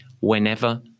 whenever